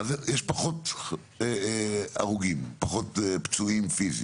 אז יש פחות הרוגים, פחות פצועים פיזית.